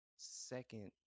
Second